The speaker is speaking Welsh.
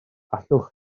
allwch